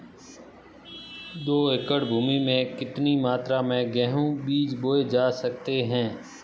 दो एकड़ भूमि में कितनी मात्रा में गेहूँ के बीज बोये जा सकते हैं?